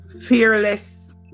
fearless